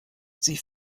sie